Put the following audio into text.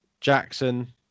Jackson